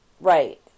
right